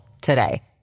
today